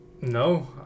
no